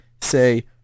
say